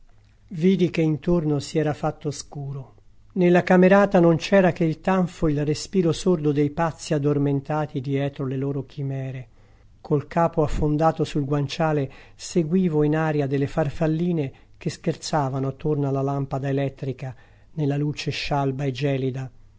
vidi che intorno si era fatto scuro nella camerata non c'era che il tanfo e il respiro sordo dei pazzi addormentati dietro le loro chimere col capo affondato sul guanciale seguivo in aria delle farfalline che scherzavano attorno alla lampada elettrica nella luce scialba e gelida